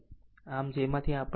આમ જેમાંથી આપણે f 2